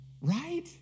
Right